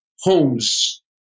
homes